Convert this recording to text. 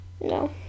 No